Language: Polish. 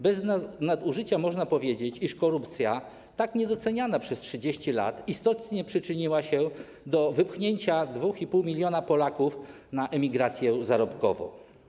Bez nadużycia można powiedzieć, iż korupcja, tak niedoceniana przez 30 lat, istotnie przyczyniła się do wypchnięcia 2,5 mln Polaków na emigrację zarobkową.